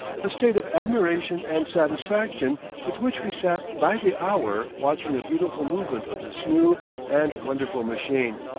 the state of admiration and satisfaction with which we sat by the hour watching the beautiful movement of this new and wonderful machine,